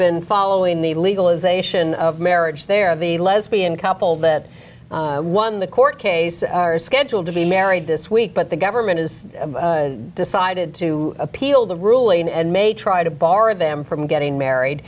been following the legalisation of marriage there the lesbian couple that won the court case are scheduled to be married this week but the government has decided to appeal the ruling and may try to bar them from getting married